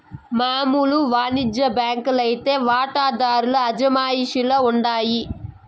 మామూలు వానిజ్య బాంకీ లైతే వాటాదార్ల అజమాయిషీల ఉండాయి